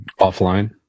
Offline